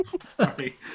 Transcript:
Sorry